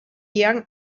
young